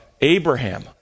Abraham